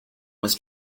was